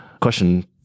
Question